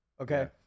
Okay